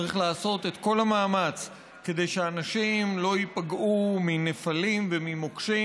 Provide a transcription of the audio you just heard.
צריך לעשות את כל המאמץ כדי שאנשים לא ייפגעו מנפלים וממוקשים